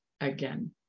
again